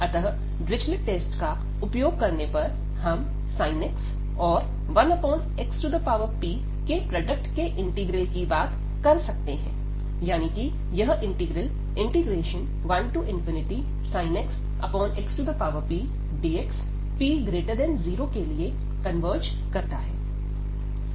अतः Dirichlet test का उपयोग करने पर हम sin x और 1xp के प्रोडक्ट के इंटीग्रल की बात कर सकते हैं यानी कि यह integral 1sin x xpdx p0 के लिए कन्वर्ज करता है